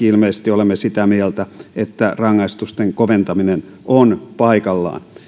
ilmeisesti kaikki olemme sitä mieltä että rangaistusten koventaminen on paikallaan